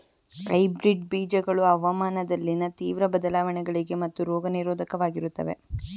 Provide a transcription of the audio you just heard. hybrid ಬೀಜಗಳು ಹವಾಮಾನದಲ್ಲಿನ ತೀವ್ರ ಬದಲಾವಣೆಗಳಿಗೆ ಮತ್ತು ರೋಗ ನಿರೋಧಕವಾಗಿರುತ್ತವೆ